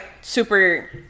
super